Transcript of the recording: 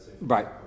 Right